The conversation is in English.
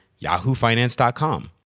yahoofinance.com